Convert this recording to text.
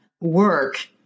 work